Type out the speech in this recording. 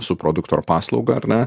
su produktu ar paslauga ar ne